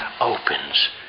opens